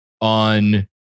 on